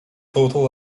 total